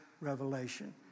revelation